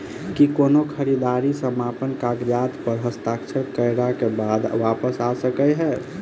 की कोनो खरीददारी समापन कागजात प हस्ताक्षर करे केँ बाद वापस आ सकै है?